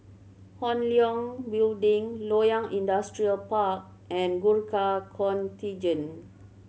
Hong Leong Building Loyang Industrial Park and Gurkha Contingent